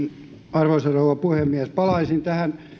arvoisa rouva puhemies palaisin siihen